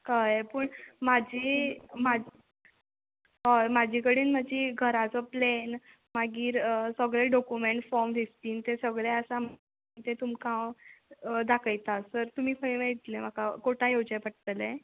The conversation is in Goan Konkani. हय पूण म्हाजी म्हा हय म्हजे कडेन म्हजी घराचो प्लॅन मागीर सगळे डोकुमॅण फॉम ते सगले आसा ते तुमकां हांव दाकयता सर तुमी खंय मेळटलें म्हाका कोटा येवचें पडटलें